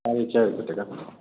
साढ़े चारि सए टका